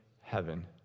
heaven